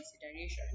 consideration